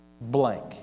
Blank